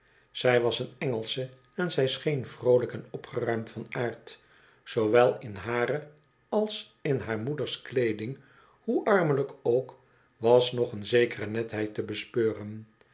zij was een engelsche en zij scheen vroolijk en opgeruimd van aard zoowel in hare als in haar moeders kleeding hoe armelijk ook was nog een zekere netheid te bespeuren